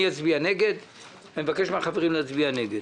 אני אצביע נגד ואבקש מן החברים להצביע נגד.